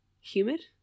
humid